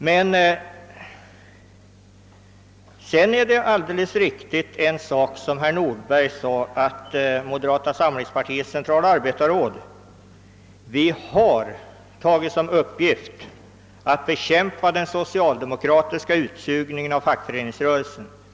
Men sedan är det alldeles riktigt, herr Nordberg, att moderata samlingspartiets centrala arbetarråd har tagit som en av sina uppgifter att bekämpa den socialdemokratiska utsugningen av fackföreningsrörelsen.